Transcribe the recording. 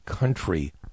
Country